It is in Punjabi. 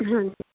ਹਾਂਜੀ